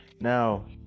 now